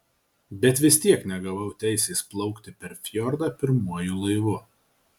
bet vis tiek negavau teisės plaukti per fjordą pirmuoju laivu